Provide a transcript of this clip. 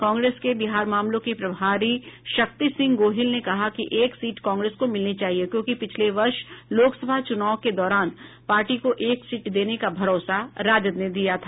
कांग्रेस के बिहार मामलों के प्रभारी शक्ति सिंह गोहिल ने कहा कि एक सीट कांग्रेस को मिलनी चाहिए क्योंकि पिछले वर्ष लोक सभा चुनाव के दौरान पार्टी को एक सीट देने का भरोसा राजद ने दिया था